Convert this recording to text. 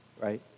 right